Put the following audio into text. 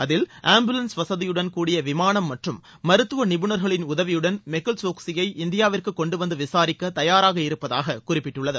அதில் ஆம்புலன்ஸ் வசதியுடன் கூடிய விமானம் மற்றும் மருத்துவ நிபுணர்களின் உதவியுடன் மெகுல் சோக்ஸியை இந்தியாவிற்கு கொண்டு வந்து விசாரிக்க தயாராக இருப்பதாக குறிப்பிட்டுள்ளது